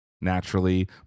naturally